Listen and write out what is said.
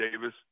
Davis